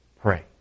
Pray